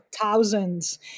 thousands